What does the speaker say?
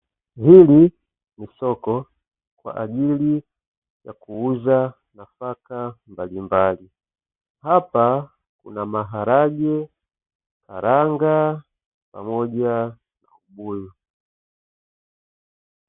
Hili ni soko la kwa ajili ya kuuza nafaka mbalimbali. Hapa kuna maharage, karanga pamoja na ubuyu.